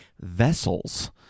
vessels